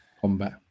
combat